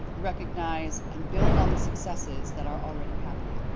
recognize, and build on the successes that are already happening.